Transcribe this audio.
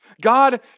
God